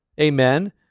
Amen